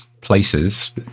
places